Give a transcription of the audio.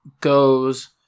goes